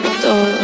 todo